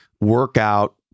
workout